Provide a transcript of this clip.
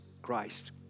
Christ